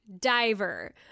diver